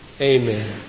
Amen